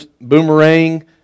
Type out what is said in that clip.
boomerang